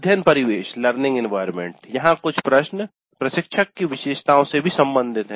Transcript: अध्ययन परिवेश यहां कुछ प्रश्न प्रशिक्षक की विशेषताओं से भी संबंधित हैं